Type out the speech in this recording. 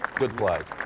good play.